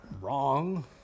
wrong